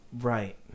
Right